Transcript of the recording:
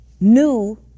new